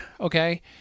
Okay